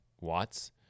watts